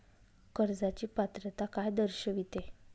कर्जाची पात्रता काय दर्शविते?